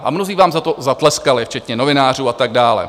A mnozí vám za to zatleskali, včetně novinářů a tak dále.